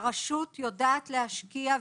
הרשות יודעת להשקיע,